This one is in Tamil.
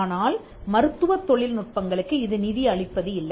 ஆனால் மருத்துவத் தொழில் நுட்பங்களுக்கு இது நிதி அளிப்பது இல்லை